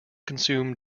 consume